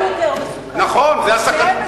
נכון, את צודקת.